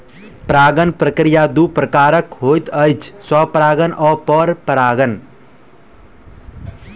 परागण प्रक्रिया दू प्रकारक होइत अछि, स्वपरागण आ परपरागण